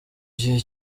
gihe